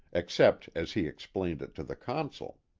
except as he explained it to the consul.